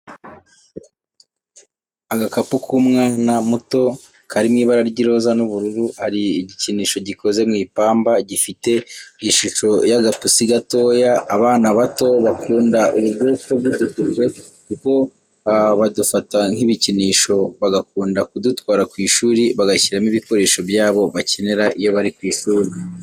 Agakapu k'umwana muto kari mu ibara ry'iroza n'ubururu hari igikinisho gikoze mu ipamba gifite ishusho y'agapusi gatoya, abana bato bakunda ubu kwoko bw'udukapu kuko badufata nk'ibikinisho bagakunda kudutwara ku ishuri bagashyiramo ibikoresho byabo bakenera iyo bari ku ishuri.